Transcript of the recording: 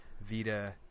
Vita